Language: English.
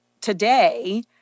today